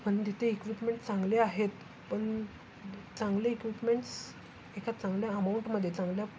पण तिथे इक्विपमेंट्स चांगले आहेत पण चांगले इक्विपमेंट्स एखाद्या चांगल्या अमाऊंटमध्ये चांगल्या